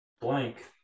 blank